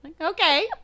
okay